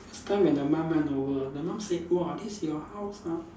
last time when the mum went over the mum said !wah! this is your house ah